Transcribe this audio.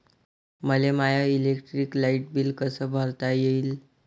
मले my electric light bill कस भरता येईल?